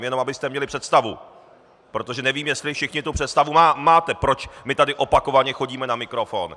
Jenom abyste měli představu, protože nevím, jestli všichni tu představu máte, proč my tady opakovaně chodíme na mikrofon.